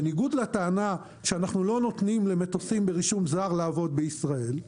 בניגוד לטענה שאנחנו לא נותנים למטוסים ברישום זר לעבוד בישראל,